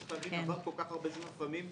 צריך להבין,